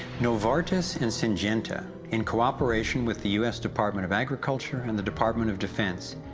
novartis and syngenta, in cooperation with the u s. department of agriculture and the department of defense,